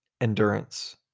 Endurance